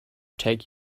take